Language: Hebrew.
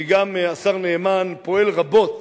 כי גם השר נאמן פועל רבות